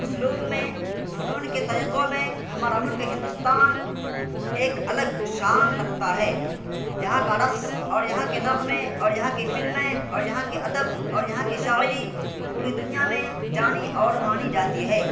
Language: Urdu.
اسلوب میں فنون کے طریقوں میں ہمارا ملک ہندوستان ایک الگ شان رکھتا ہے یہاں کا رقص اور یہاں کے نغمے اور یہاں کی فلمیں اور یہاں کے ادب اور یہاں کی شاعری پوری دنیا میں جانی اور مانی جاتی ہے